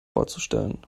vorzustellen